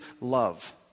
love